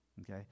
okay